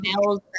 males